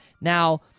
Now